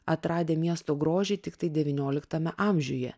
atradę miesto grožį tiktai devynioliktame amžiuje